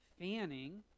fanning